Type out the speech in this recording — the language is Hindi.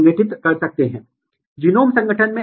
वैश्विक स्तर पर क्रोमेटिन इम्यून प्रेसिपिटेशन किया जा सकता है